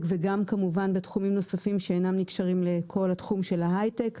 וגם כמובן בתחומים נוספים שאינם נקשרים לכל התחום של ההיי-טק,